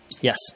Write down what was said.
yes